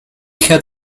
had